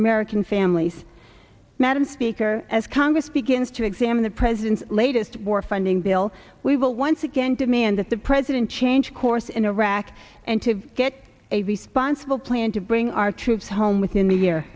american families madam speaker as congress begins to examine the president's latest war funding bill we will once again demand that the president change course in iraq and to get a responsible plan to bring our troops home within the year